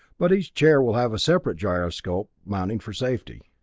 but each chair will have a separate gyroscopic mounting for safety.